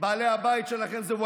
בעלי הבית שלכם זה אבתיסאם מראענה.